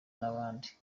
n’abandi